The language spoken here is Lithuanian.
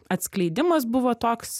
atskleidimas buvo toks